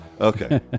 Okay